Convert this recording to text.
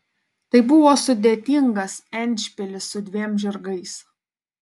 tai buvo sudėtingas endšpilis su dviem žirgais